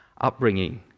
upbringing